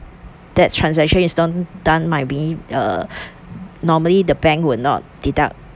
that transaction is not done by uh normally the bank will not deduct